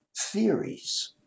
theories